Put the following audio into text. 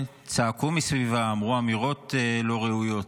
וצעקו מסביבה, אמרו אמירות לא ראויות.